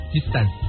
Distance